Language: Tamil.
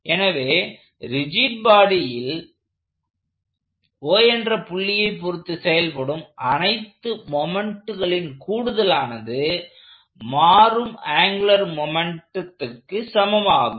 எனவே ரிஜிட் பாடியில் என்ற புள்ளியை பொருத்து செயல்படும் அனைத்து மொமெண்ட்டும் கூடுதலானது மாறும் ஆங்குலர் மொமெண்ட்டும் சமமாகும்